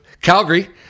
Calgary